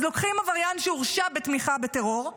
אז לוקחים עבריין שהורשע בתמיכה בטרור,